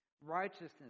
Righteousness